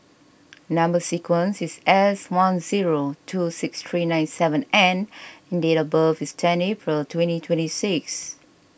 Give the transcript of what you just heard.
Number Sequence is S one zero two six three nine seven N and date of birth is tenth April twenty twenty six